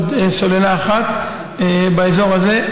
עוד סוללה אחת באזור הזה,